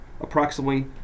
approximately